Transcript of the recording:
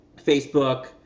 Facebook